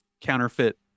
counterfeit